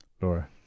Laura